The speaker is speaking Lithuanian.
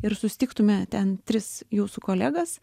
ir susitiktume ten tris jūsų kolegas